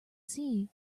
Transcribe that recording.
sea